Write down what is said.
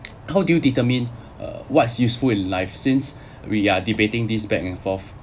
how do you determine uh what's useful in life since we are debating this back and forth